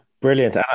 Brilliant